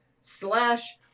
slash